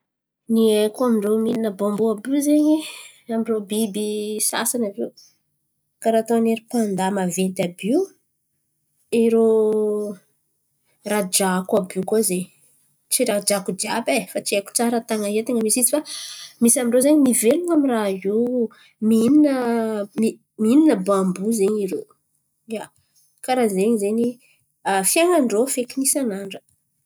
Ny haiko amindrô mihin̈ana bamboa àby io zen̈y. Amy rô biby sasany àby io karà ataony rô panda maventy àby io, irô radrako àby io koa ze tsy rajako jiàby e. Fa tsy haiko tsara tan̈y aIa, tain̈a misy izy fa misy amindrô zen̈y mivelon̈o amy raha io mihinana mihinana bamboa zen̈y irô. Ia, karà zen̈y ze fiainan-drô isan'andra.